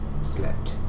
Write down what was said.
slept